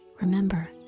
Remember